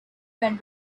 when